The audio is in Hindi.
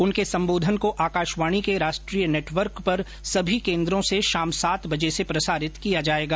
उनके संबोधन को आकाशवाणी के राष्ट्रीय नेटवर्क पर सभी केन्द्रों से शाम सात बजे से प्रसारित किया जायेगा